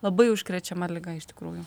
labai užkrečiama liga iš tikrųjų